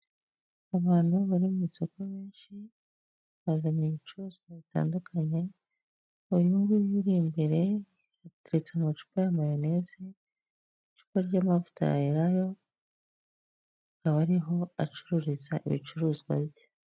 Abantu bari mu isoko benshi bazanye ibicuruzwa bitandukanye, uyu nguyu uri imbere yateretse amacupa ya mayoneze, icupa ry'amavuta ya elayo, akaba ariho acururiza ibicuruzwa bye.